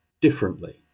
differently